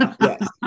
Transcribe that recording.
Yes